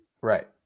Right